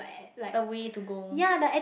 the way to go